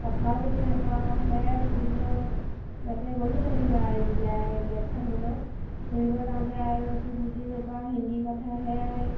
কথাও বুজি নাপাওঁ সেয়াই ফুৰিব তাতে গ'লো যেনিবা ইণ্ডিয়া গে'ট চাবলৈ ফুৰিব যাওঁতে আৰু একো বুজি নাপাওঁ হিন্দী কথা সেয়াই